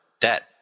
debt